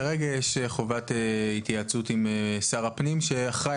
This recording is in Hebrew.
כרגע יש חובת התייעצות עם שר הפנים שאחראי